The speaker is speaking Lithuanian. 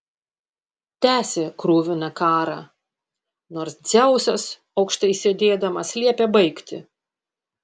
tęsė kruviną karą nors dzeusas aukštai sėdėdamas liepė baigti